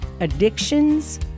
addictions